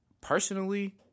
Personally